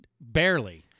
barely